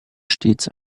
stets